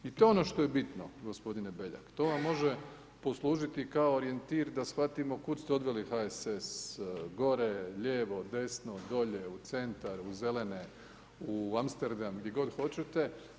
I to je ono što je bitno g. Beljak, to vam može poslužiti kao orijentir da shvatimo kud smo odnijeli HSS, gore, lijevo, desno, dolje, u centar, u zelene, u Amsterdam, gdje god hoćete.